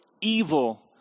evil